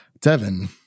Devin